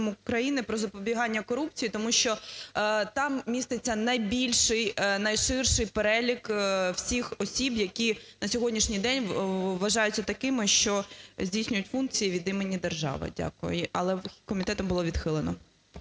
України "Про запобігання корупції". Тому що там міститься найбільший, найширший перелік всіх осіб, які на сьогоднішній день вважаються такими, що здійснюють функції від імені держави. Дякую. Але комітетом було відхилено.